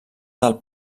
del